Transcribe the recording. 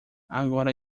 agora